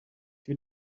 wir